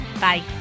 Bye